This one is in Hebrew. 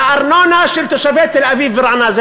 מהארנונה של תושבי תל-אביב ורעננה.